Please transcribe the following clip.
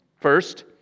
First